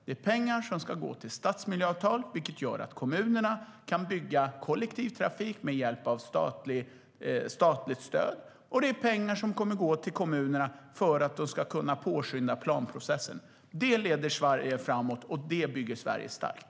Det är pengar som ska gå till stadsmiljöavtal, vilket gör att kommunerna kan bygga kollektivtrafik med hjälp av statligt stöd, och det är pengar som kommer att gå till kommunerna för att de ska kunna påskynda planprocessen. Det leder Sverige framåt, och det bygger Sverige starkt.